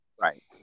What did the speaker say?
right